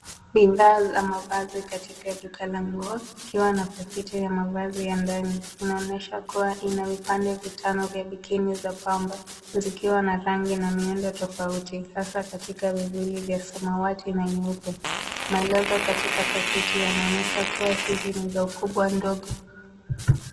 Bidhaa za mavazi katika duka la nguo ikiwa na pakiti ya mavazi ya ndani. Inaonyesha kuwa ina vipande vitano vya bikini za pamba zikiwa na rangi na miundo tofauti hasa katika vivuli vya samawati na nyeupe. Maelezo katika pakiti yanaonyesha kuwa hizi ni za ukubwa ndogo.